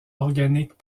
organiques